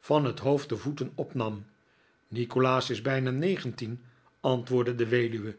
van het hoofd de voeten opnam nikolaas is bijna negentien antwoordde de weduwe